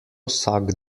vsak